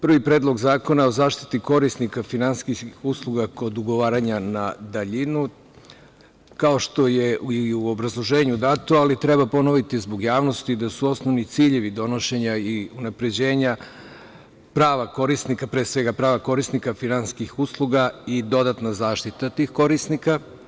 Prvi Predlog zakona o zaštiti korisnika finansijskih usluga kod ugovaranja na daljinu, kao što je i u obrazloženju dato, ali treba ponoviti zbog javnosti da su osnovni ciljevi donošenja i unapređenja prava korisnika, pre svega prava korisnika finansijskih usluga, i dodatna zaštita tih korisnika.